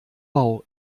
bau